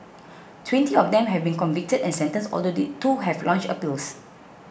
twenty of them have been convicted and sentenced although two have launched appeals